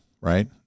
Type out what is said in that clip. right